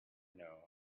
know